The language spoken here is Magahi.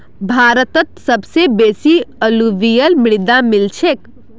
भारतत सबस बेसी अलूवियल मृदा मिल छेक